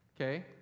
okay